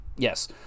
Yes